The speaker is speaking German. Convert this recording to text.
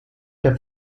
der